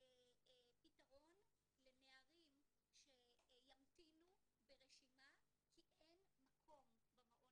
פתרון לנערים שימתינו ברשימה כי אין מקום במעון